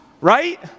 right